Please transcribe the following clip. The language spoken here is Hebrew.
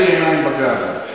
יש לי עיניים בגב.